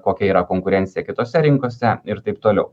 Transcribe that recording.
kokia yra konkurencija kitose rinkose ir taip toliau